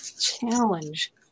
challenge